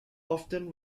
often